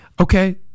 okay